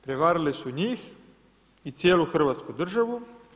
Prevarile su njih i cijelu hrvatsku državu.